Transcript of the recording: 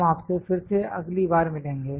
हम आपसे फिर से अगली बार मिलेंगे